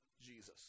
Jesus